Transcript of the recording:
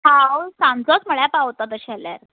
हांव सांचोच म्हळ्या पावता तशें आल्यार